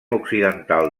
occidental